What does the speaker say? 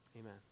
Amen